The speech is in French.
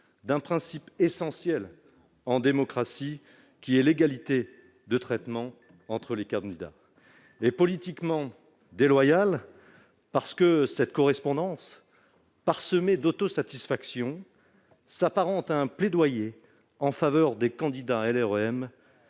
d'un principe essentiel en démocratie, à savoir l'égalité de traitement entre les candidats. Politiquement déloyal, parce que cette correspondance, parsemée d'autosatisfaction, s'apparente à un plaidoyer en faveur des candidats La